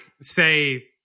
say –